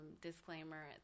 disclaimer